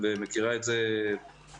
לא ניתנו כספים כלל וכלל,